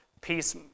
peace